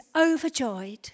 overjoyed